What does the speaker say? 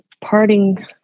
parting